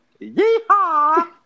Yeehaw